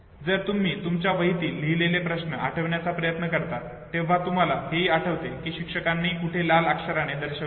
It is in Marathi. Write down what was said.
जर तुम्ही तुमच्या वहीतील लिहिलेले प्रश्न आठवण्याचा प्रयत्न करतात तेव्हा तुम्हाला हेही आठवते कि शिक्षकांनी कुठे लाल अक्षराने दर्शविलेले आहे